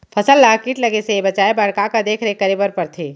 फसल ला किट लगे से बचाए बर, का का देखरेख करे बर परथे?